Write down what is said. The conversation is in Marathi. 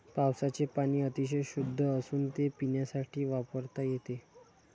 पावसाचे पाणी अतिशय शुद्ध असून ते पिण्यासाठी वापरता येते